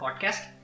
podcast